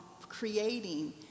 creating